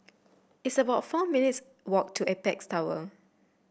it's about four minutes' walk to Apex Tower